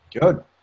Good